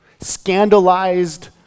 scandalized